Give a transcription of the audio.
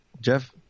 Jeff